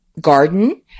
garden